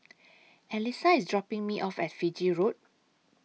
Alysa IS dropping Me off At Fiji Road